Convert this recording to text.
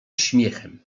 śmiechem